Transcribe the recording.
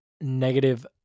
negative